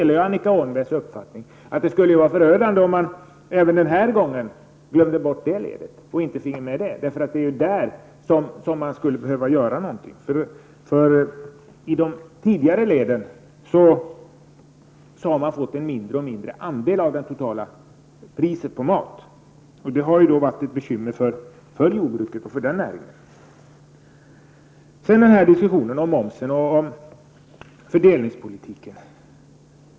Jag delar då Annika Åhnbergs uppfattning att det skulle vara förödande om man även den här gången glömde bort handeln, eftersom det är där man skulle behöva göra någonting. De tidigare ledens andel av det totala matpriset har blivit mindre och mindre. Det har naturligtvis varit ett bekymmer för jordbruksnäringen. Så till diskussionen om momsen och fördelningspolitiken.